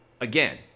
Again